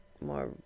more